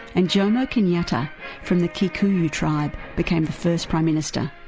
and jomo kenyatta from the kikuyu tribe, became the first prime minister.